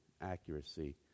accuracy